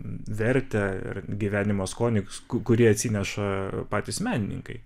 vertę ir gyvenimo skonį kurį atsineša patys menininkai